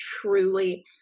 truly